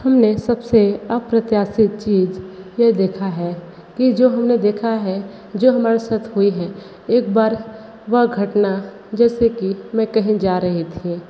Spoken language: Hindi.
हमने सबसे अप्रत्याशित चीज ये देखा है कि जो हमने देखा है जो हमारे साथ हुई है एक बार वह घटना जैसे कि मैं कहीं जा रही थी